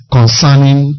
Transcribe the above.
Concerning